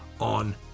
on